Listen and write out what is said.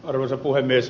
arvoisa puhemies